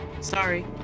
Sorry